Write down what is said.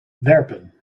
werpen